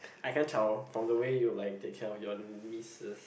I can tell from the way you like take care of your nieces